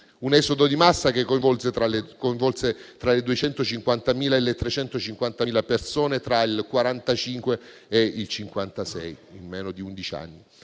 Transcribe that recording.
un esodo di massa che coinvolse tra le 250.000 e le 350.000 persone tra il 1945 e il 1956, in meno di undici anni.